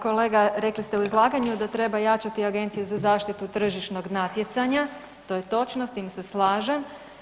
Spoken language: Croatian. Kolega rekli ste u izlaganju da treba jačati Agenciju za zaštitu tržišnog natjecanja to je točno, s tim se slažem.